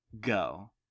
go